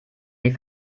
die